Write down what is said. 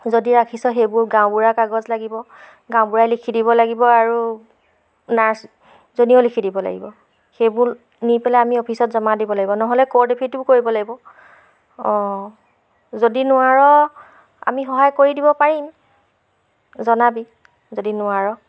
যদি ৰাখিছ সেইবোৰ গাঁওবুঢ়াৰ কাগজ লাগিব গাঁওবুঢ়াই লিখি দিব লাগিব আৰু নাৰ্চজনীয়েও লিখি দিব লাগিব সেইবোৰ নি পেলাই আমি অফিচত জমা দিব লাগিব নহ'লে কোৰ্ট এফিডো কৰিব লাগিব অঁ যদি নোৱাৰ আমি সহায় কৰি দিব পাৰিম জনাবি যদি নোৱাৰ